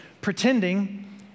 pretending